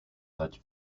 dać